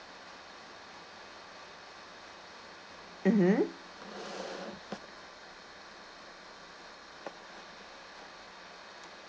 mmhmm